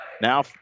Now